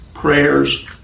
prayers